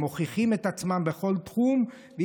הם מוכיחים את עצמם בכל תחום.